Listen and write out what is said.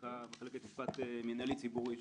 מחלקת- -- מינהלי ציבורי,